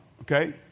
Okay